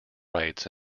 rights